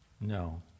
No